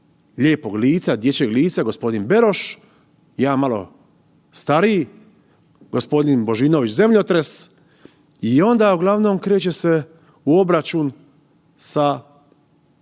lijepog lica, dječjeg lica gospodin Beroš i jedan malo stariji gospodin Božinović zemljotres i onda uglavnom kreće se u obračun sa